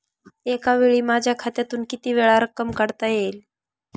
एकावेळी माझ्या खात्यातून कितीवेळा रक्कम काढता येईल?